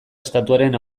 estatuaren